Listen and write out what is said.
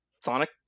Sonic